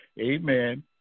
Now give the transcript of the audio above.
Amen